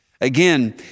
Again